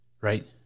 right